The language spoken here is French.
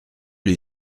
les